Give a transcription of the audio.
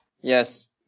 Yes